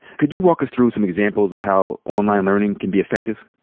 could you walk us through some examples of how online learning can be effective?